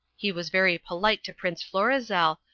he was very polite to prince florizel,